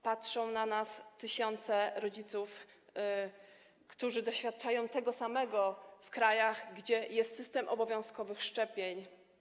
Patrzą na nas tysiące rodziców, którzy doświadczają tego samego w krajach, gdzie jest system obowiązkowych szczepień.